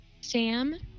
Sam